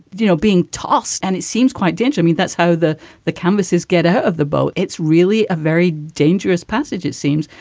you know, being tossed and it seems quite dingy. i mean, that's how the the canvases get out of the boat. it's really a very dangerous passage, it seems.